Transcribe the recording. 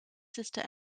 sister